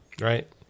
Right